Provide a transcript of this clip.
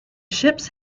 ships